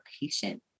patient